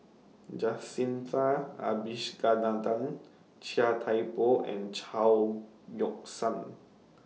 Jacintha Abisheganaden Chia Thye Poh and Chao Yoke San